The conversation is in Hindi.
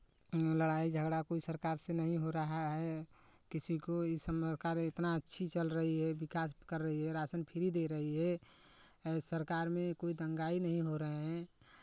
लड़ाई झगड़ा कोई सरकार से नहीं हो रहा है किसीको ई सरकार अच्छी चल रही है विकास कर रही है राशन फ्री दे रही है सरकार में कोई अथवा यह सरकार में कोइ दंगाई नहीं हो रहे हैं